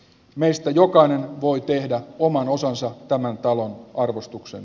meistä jokainen voi tehdä oman osansa tämän talon arvostuksen